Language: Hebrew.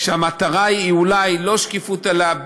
שהמטרה היא אולי לא שקיפות, אלא,